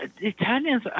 Italians